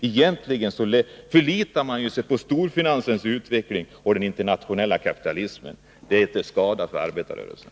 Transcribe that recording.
Egentligen förlitar man sig på storfinansens och den internationella kapitalismens utveckling. Det är till skada för arbetarrörelsen.